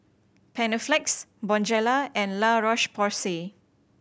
Panaflex Bonjela and La Roche Porsay